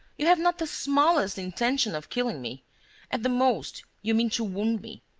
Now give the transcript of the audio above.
you have not the smallest intention of killing me at the most you mean to wound me,